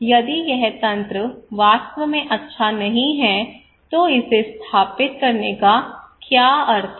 यदि यह तंत्र वास्तव में अच्छा नहीं है तो इसे स्थापित करने का क्या अर्थ है